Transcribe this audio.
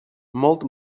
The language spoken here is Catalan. molt